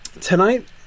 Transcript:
tonight